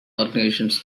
organizations